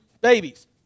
babies